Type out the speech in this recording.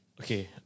Okay